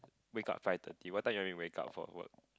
wake up five thirty what time you want me wake up for work